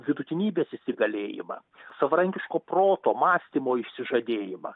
vidutinybės įsigalėjimą savarankiško proto mąstymo išsižadėjimą